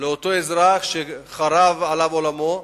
לאזרח שחרב עליו עולמו.